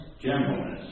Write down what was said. gentleness